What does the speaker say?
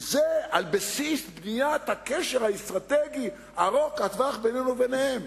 וזה על בסיס בניית הקשר האסטרטגי ארוך הטווח בינינו ובינם.